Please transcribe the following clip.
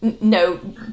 no